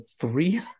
three